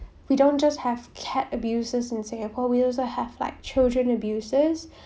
we don't just have cat abusers in singapore we also have like children abusers